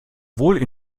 wohl